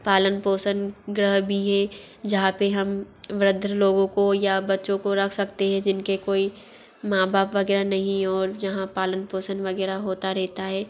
पालन पोषण ग्रह भी है जहाँ पर हम वृद्ध लोगों को या बच्चों को रख सकते हें जिनके कोई माँ बाप वग़ैरह नहीं है और जहाँ पालन पोषण वग़ैरह होता रहता है